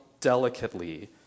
delicately